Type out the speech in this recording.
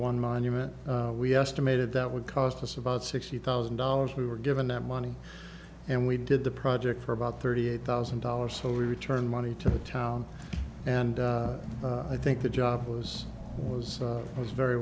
one monument we estimated that would cost us about sixty thousand dollars we were given that money and we did the project for about thirty eight thousand dollars so we returned money to the town and i think the job was was was very